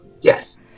Yes